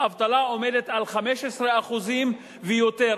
האבטלה עומדת על 15% ויותר.